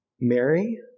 Mary